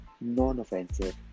non-offensive